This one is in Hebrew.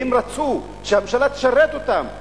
הם רצו שהממשלה תשרת אותם,